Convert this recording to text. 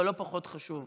אבל לא פחות חשוב.